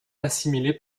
assimilé